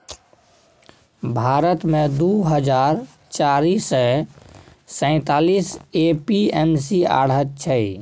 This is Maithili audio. भारत मे दु हजार चारि सय सैंतालीस ए.पी.एम.सी आढ़त छै